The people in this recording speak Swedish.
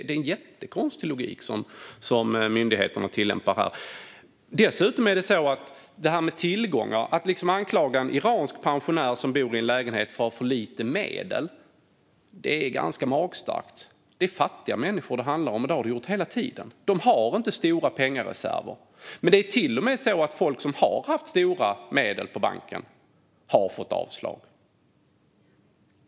Det är en jättekonstig logik som myndigheterna tillämpar här. Dessutom handlar det om det här med tillgångar. Att anklaga en iransk pensionär som bor i en lägenhet för att ha för lite medel är ganska magstarkt. Det är fattiga människor det handlar om, och det har det gjort hela tiden. De har inte stora pengareserver. Men det är till och med så att folk som har haft stora medel på banken har fått avslag.